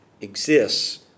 exists